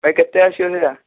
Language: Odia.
ଭାଇ କେତେ ଆସିବ ସେଇଟା